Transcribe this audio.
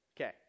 Okay